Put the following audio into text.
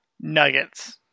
Nuggets